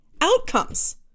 outcomes